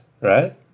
right